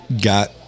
got